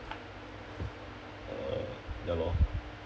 uh ya lor